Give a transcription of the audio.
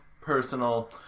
personal